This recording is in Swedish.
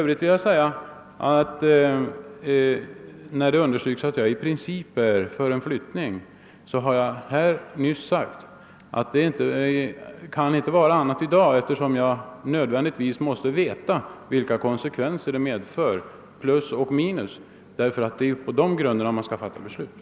När det sägs att jag i princip uttalat mig för en flyttning av huvudkontoret vill jag konstatera att jag nyss har sagt att något ställningstagande inte går att göra i dag, eftersom man först måste veta vilka konsekvenser en sådan flyttning medför på plusoch minussidan. Det är på dessa grunder man skall fatta ett beslut.